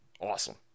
Awesome